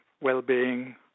well-being